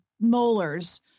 molars